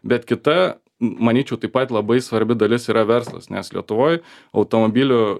bet kita manyčiau taip pat labai svarbi dalis yra verslas nes lietuvoj automobilių